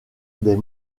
des